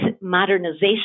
modernization